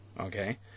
okay